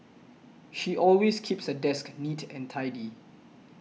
she always keeps her desk neat and tidy